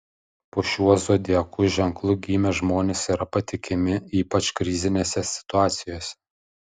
po šiuo zodiako ženklu gimę žmonės yra patikimi ypač krizinėse situacijose